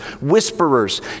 whisperers